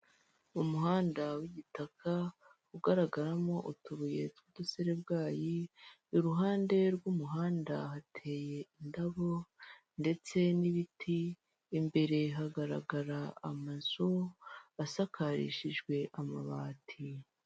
Umuhanda w'igitaka ugaragaramo utubuye tw'uduserebwayi iruhande rw'umuhanda hateye indabo, ndetse n'ibiti imbere hagaragara amazu asakarishijwe amabati.